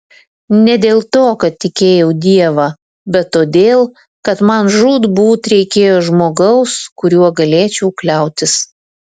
ne dėl to kad tikėjau dievą bet todėl kad man žūtbūt reikėjo žmogaus kuriuo galėčiau kliautis